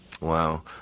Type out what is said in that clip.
Wow